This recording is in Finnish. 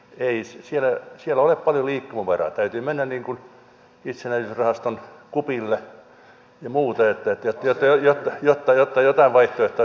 ei siellä ole paljon liikkumavaraa täytyy mennä niin kuin itsenäisyysrahaston kupille ja muuten jotta jotain vaihtoehtoja syntyisi